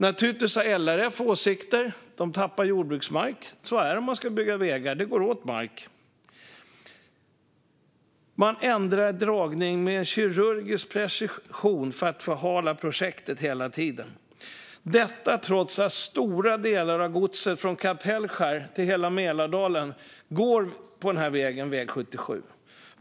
Naturligtvis har LRF åsikter eftersom de tappar jordbruksmark. Så är det om det ska byggas vägar; det går åt mark. Man ändrar dragning med kirurgisk precision för att hela tiden förhala projektet. Detta gör man trots att stora delar av godset från Kapellskär till hela Mälardalen går på denna väg, alltså väg 77.